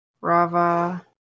Rava